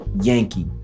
Yankee